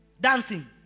dancing